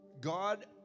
God